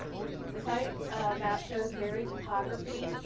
the site map shows varied topography,